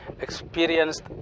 experienced